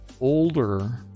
older